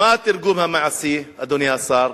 מה התרגום המעשי, אדוני השר?